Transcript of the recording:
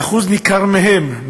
ואחוז ניכר מהם,